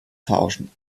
tauschen